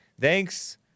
Thanks